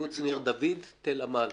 בקיבוץ ניר דוד-תל עמל.